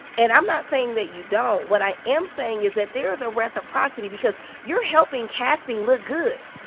and i'm not saying that you don't. what i am saying is that there's a reciprocity because you're helping casting look good.